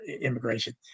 immigration